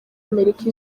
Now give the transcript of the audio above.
amerika